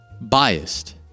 biased